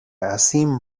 asim